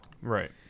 Right